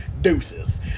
Deuces